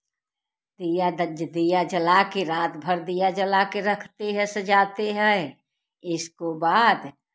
दिया बत्ती दिया जला कर रात भर दिया जला कर रखते हैं सजाते हैं इसके बाद